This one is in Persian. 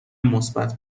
مثبت